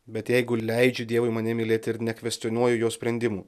bet jeigu leidžiu dievui mane mylėti ir nekvestionuoju jo sprendimų